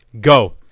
Go